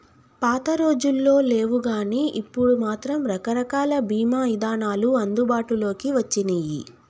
పాతరోజుల్లో లేవుగానీ ఇప్పుడు మాత్రం రకరకాల బీమా ఇదానాలు అందుబాటులోకి వచ్చినియ్యి